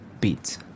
Beats